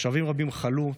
תושבים רבים חלו.